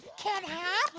can't hop.